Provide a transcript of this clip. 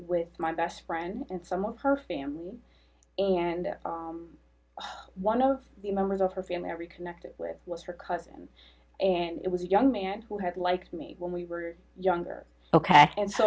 with my best friend and some of her family and one of the members of her family every connected with was her cousin and it was a young man who had liked me when we were younger ok and so